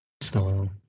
style